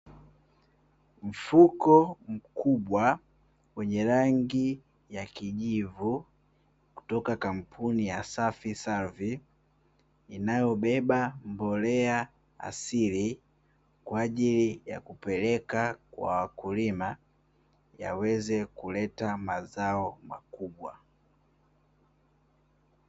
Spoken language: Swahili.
Mfuko mkubwa wenye rangi ya kijivu, kutoka kampuni ya "SAFI SARVI" inayobeba mbolea asili kwa ajili ya kupeleka kwa wakulima yaweze kuleta mazao makubwa.